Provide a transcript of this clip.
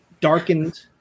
darkened